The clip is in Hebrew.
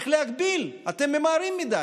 צריך להגביל, אתם ממהרים מדי.